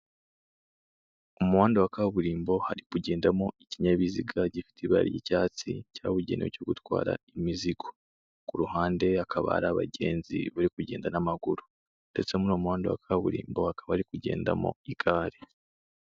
Umuhanda wa kaburimbo hari kugendamo ikinyabiziga gifite ibara ry'icyatsi cyabugenewe cyo gutwara imizigo. Ku ruhande hakaba hari abagenzi bari kugenda n'amaguru ndetse mu muhanda wa kaburimbo hakaba hari kugendamo igare.